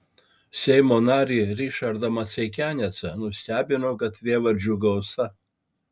seimo narį r maceikianecą nustebino gatvėvardžių gausa